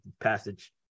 passage